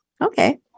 Okay